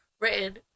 written